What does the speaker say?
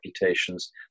reputations